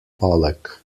pollack